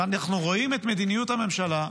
אנחנו רואים את מדיניות הממשלה,